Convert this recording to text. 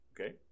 okay